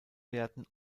werden